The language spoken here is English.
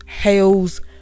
hails